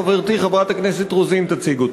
חברתי חברת הכנסת רוזין תציג אותה.